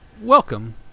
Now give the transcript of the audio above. Welcome